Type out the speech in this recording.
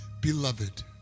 beloved